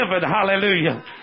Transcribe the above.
Hallelujah